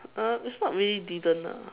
uh it's not really didn't lah